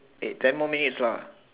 hey ten more minutes lah